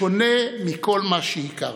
שונה מכל מה שהכרנו.